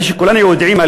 הרי כולנו יודעים,